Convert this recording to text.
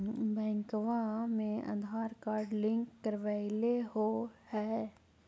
बैंकवा मे Aadhaar card link करवैलहो है?